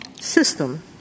system